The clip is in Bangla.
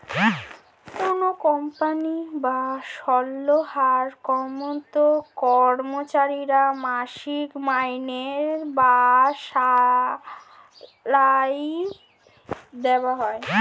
কোনো কোম্পানি বা সঙ্গস্থায় কর্মরত কর্মচারীকে মাসিক মাইনে বা স্যালারি দেওয়া হয়